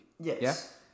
Yes